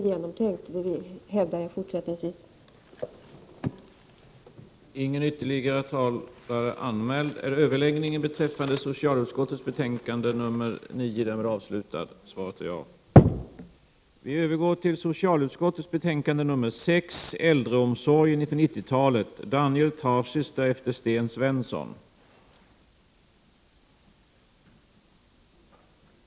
Kammaren övergick till att debattera socialutskottets betänkande 6 om | äldreomsorgen inför 90-talet.